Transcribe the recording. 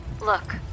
Look